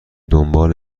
دنبال